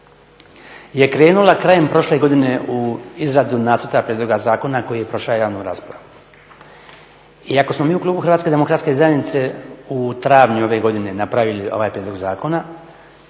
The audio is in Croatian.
je krenula krajem prošle godine u izradu nacrta prijedloga zakona koji je prošao javnu raspravu i ako smo mi u klubu HDZ-a u travnju ove godine napravili ovaj prijedlog zakona